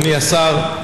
אדוני השר,